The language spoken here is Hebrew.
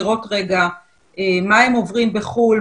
לראות רגע מה הם עוברים בחו"ל,